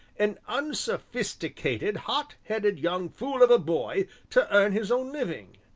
an unsophisticated, hot-headed young fool of a boy to earn his own living?